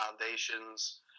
foundations